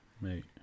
Mate